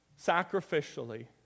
sacrificially